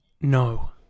No